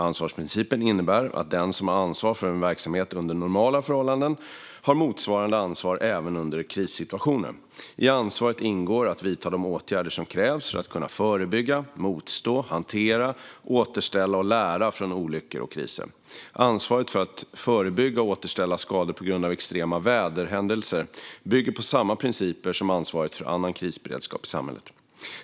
Ansvarsprincipen innebär att den som har ansvar för en verksamhet under normala förhållanden har motsvarande ansvar även under krissituationer. I ansvaret ingår att vidta de åtgärder som krävs för att kunna förebygga, motstå, hantera, återställa och lära från olyckor och kriser. Ansvaret för att förebygga och återställa skador på grund av extrema väderhändelser bygger på samma principer som ansvaret för annan krisberedskap i samhället.